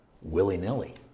willy-nilly